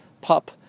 pup